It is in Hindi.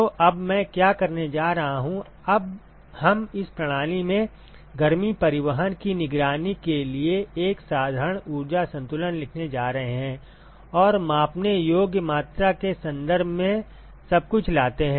तो अब मैं क्या करने जा रहा हूं हम इस प्रणाली में गर्मी परिवहन की निगरानी के लिए एक साधारण ऊर्जा संतुलन लिखने जा रहे हैं और मापने योग्य मात्रा के संदर्भ में सबकुछ लाते हैं